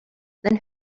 then